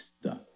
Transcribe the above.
stuck